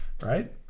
right